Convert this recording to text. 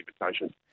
invitation